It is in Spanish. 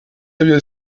había